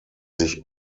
sich